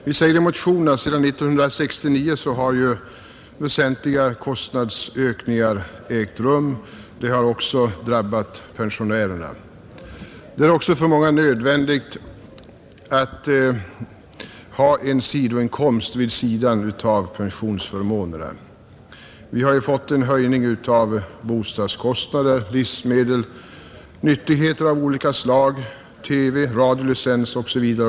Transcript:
Vi säger i motionen att sedan 1969 har ju väsentliga kostnadsökningar ägt rum — de har också drabbat pensionärerna, Det är också för många nödvändigt att ha en inkomst vid sidan av pensionsförmånerna,. Vi har ju fått en höjning av bostadskostnader, priserna på livsmedel och nyttigheter av olika slag, t.ex. TV och radiolicens osv.